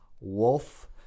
Wolf